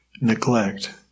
neglect